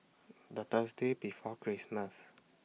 The Thursday before Christmas